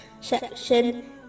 section